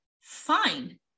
fine